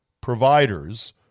providers